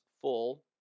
full